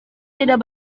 tidak